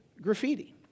graffiti